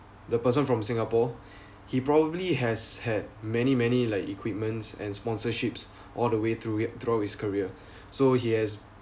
the person from singapore he probably has had many many like equipments and sponsorships all the way through~ throughout his career so he has